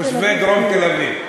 תושבי דרום תל-אביב.